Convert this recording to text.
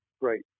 great